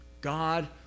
God